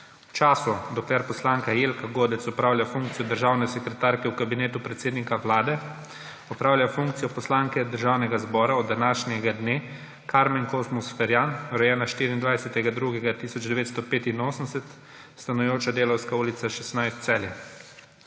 času, dokler poslanka Jelka Godec opravlja funkcijo državne sekretarke v Kabinetu predsednika Vlade, opravlja funkcijo poslanke Državnega zbora od današnjega dne Karmen Kozmus Ferjan, rojena 24. 2. 1985, stanujoča na Delavski ulici 16, Celje.